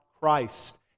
Christ